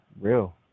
real